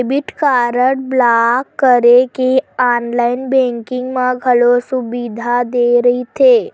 debit card block करे के online banking म घलो सुबिधा दे रहिथे